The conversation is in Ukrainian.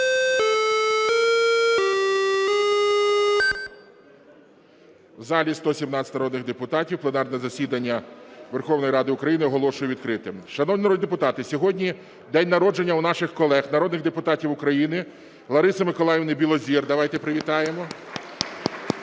В залі 117 народних депутатів. Пленарне засідання Верховної Ради України оголошую відкритим. Шановні народні депутати, сьогодні день народження у наших колег народних депутатів України Лариси Миколаївни Білозір. Давайте привітаємо.